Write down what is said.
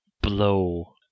blow